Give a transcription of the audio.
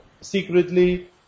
secretly